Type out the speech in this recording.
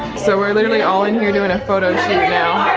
so we're literally all in here doing a photo shoot now.